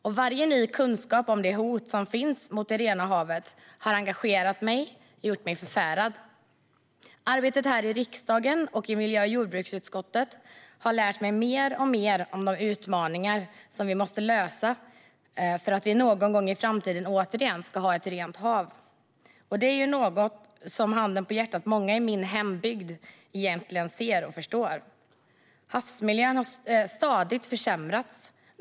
Och varje ny kunskap om de hot som finns mot det rena havet har engagerat mig och gjort mig förfärad. Arbetet här i riksdagen och i miljö och jordbruksutskottet har lärt mig mer och mer om de utmaningar som vi måste lösa för att vi någon gång i framtiden återigen ska ha ett rent hav. Och det är något som, handen på hjärtat, många i min hembygd egentligen ser och förstår. Havsmiljön har stadigt försämrats.